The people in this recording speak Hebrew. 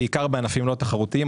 בעיקר בענפים לא תחרותיים.